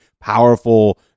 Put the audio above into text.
powerful